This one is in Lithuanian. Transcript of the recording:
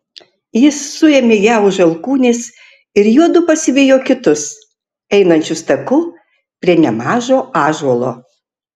jis suėmė ją už alkūnės ir juodu pasivijo kitus einančius taku prie nemažo ąžuolo